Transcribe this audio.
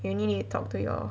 you only need to talk to your